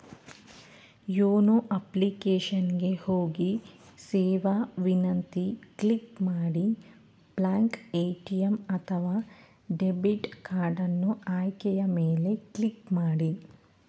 YONO application ಗೆ ಹೋಗಿ ಸೇವಾ ವಿನಂತಿ ಕ್ಲಿಕ್ ಮಾಡಿ ಬ್ಲಾಕ್ ಎ.ಟಿ.ಎಂ ಅಥವಾ ಡೆಬಿಟ್ ಕಾರ್ಡನ್ನು ಆಯ್ಕೆಯ ಮೇಲೆ ಕ್ಲಿಕ್ ಮಾಡಿ